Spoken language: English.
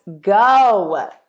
go